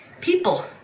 people